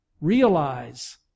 realize